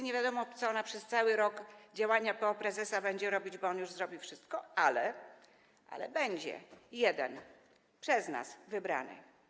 Nie wiadomo, co ona przez cały rok działania p.o. prezesa będzie robić, bo on już zrobił wszystko, ale będzie jeden prezes przez nas wybrany.